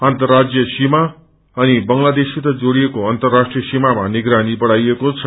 अर्न्तराज्यिय सीमा अनि बंगलादेशसित जोड़िएको अन्तर्राष्ट्रिय सीमामा निगरानी बढ़ाइएको छ